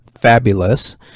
Fabulous